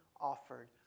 offered